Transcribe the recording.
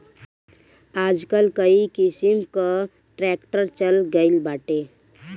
आजकल कई किसिम कअ ट्रैक्टर चल गइल बाटे